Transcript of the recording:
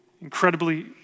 incredibly